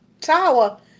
tower